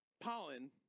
pollen